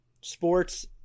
sports